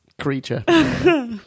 creature